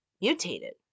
Mutated